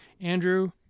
Andrew